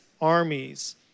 armies